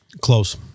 close